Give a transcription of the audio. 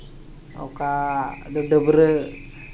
ᱚᱠᱟ ᱫᱚ ᱰᱟᱹᱵᱽᱨᱟᱹᱜ